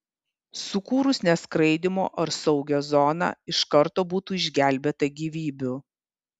sukūrus neskraidymo ar saugią zoną iš karto būtų išgelbėta gyvybių